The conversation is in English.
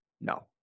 No